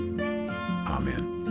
Amen